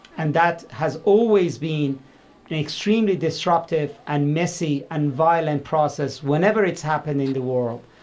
and that has always been an extremely disruptive and messy and violent process whenever it's happened in the world,